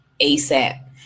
ASAP